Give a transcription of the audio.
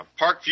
Parkview